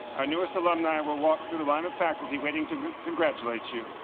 our newest alumni will walk through the line of faculty waiting to congratulate you.